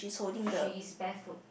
she is barefoot